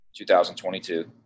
2022